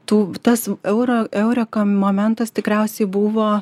tų tas euro eureka momentas tikriausiai buvo